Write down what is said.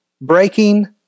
breaking